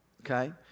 okay